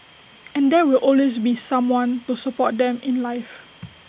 and there will always be someone to support them in life